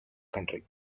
country